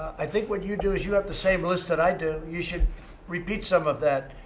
i think what you do is you have the same list that i do. you should repeat some of that.